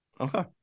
Okay